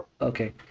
Okay